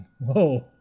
Whoa